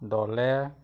দলে